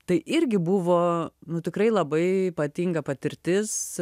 tai irgi buvo nu tikrai labai ypatinga patirtis